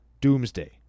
Doomsday